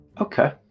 Okay